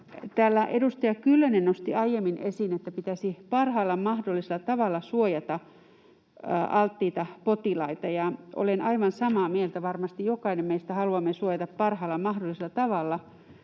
Täällä edustaja Kyllönen nosti aiemmin esiin, että pitäisi parhaalla mahdollisella tavalla suojata alttiita potilaita, ja olen aivan samaa mieltä. Varmasti jokainen meistä haluaa suojata parhaalla mahdollisella tavalla,